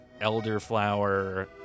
elderflower